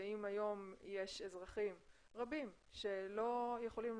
אם היום יש אזרחים רבים שלא יכולים